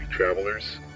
travelers